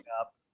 up